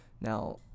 now